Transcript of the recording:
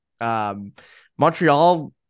Montreal